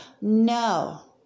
no